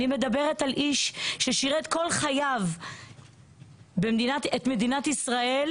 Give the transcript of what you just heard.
אני מדברת על איש ששירת כל חייו את מדינת ישראל,